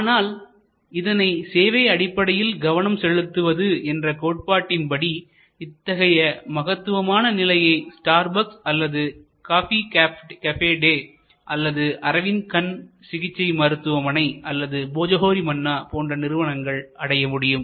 ஆனால் இதனை சேவை அடிப்படையில் கவனம் செலுத்துவது என்ற கோட்பாட்டின்படி இத்தகைய மகத்துவமான நிலையை ஸ்டார்பக்ஸ் starbucks அல்லது காபி கஃபே டே அல்லது அரவிந்த் கண் சிகிச்சை மருத்துவமனை அல்லது போஜோஹோரி மன்னா போன்ற நிறுவனங்கள் அடைய முடியும்